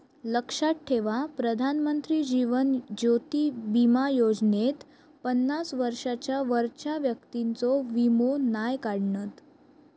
लक्षात ठेवा प्रधानमंत्री जीवन ज्योति बीमा योजनेत पन्नास वर्षांच्या वरच्या व्यक्तिंचो वीमो नाय काढणत